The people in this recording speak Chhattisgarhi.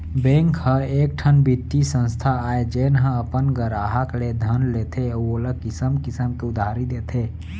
बेंक ह एकठन बित्तीय संस्था आय जेन ह अपन गराहक ले धन लेथे अउ ओला किसम किसम के उधारी देथे